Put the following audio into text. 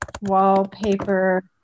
wallpaper